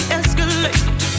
escalate